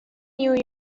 new